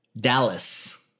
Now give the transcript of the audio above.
Dallas